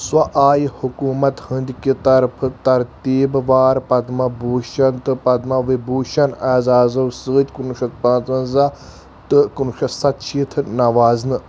سۄ آیہِ حکوٗمت ہٕندۍ کہِ طرفہٕ ترتیٖب وار پدما بھوٗشن تہٕ پدما وِبھوٗشن اعزازو سۭتۍ کُنوُہ شیٚتھ پانٛژوَنزہ تہٕ کُنوُہ شیٚتھ ستشیٖتھ نوازنہٕ